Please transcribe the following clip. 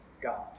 God